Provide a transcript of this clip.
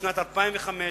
בשנת 2005,